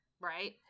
Right